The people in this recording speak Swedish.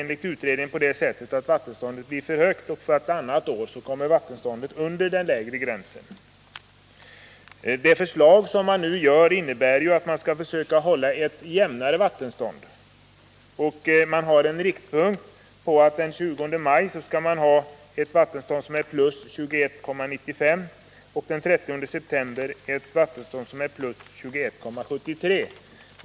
Enligt utredningen är vattenståndet vart fjärde år för högt, och vartannat år kommer vattenståndet under den lägre gränsen. Det förslag som nu föreligger innebär ju att man skall försöka hålla ett jämnare vattenstånd. Den 20 maj skall vattenståndet vara + 21,95 m, och den 30 september skall det vara + 21,73 m.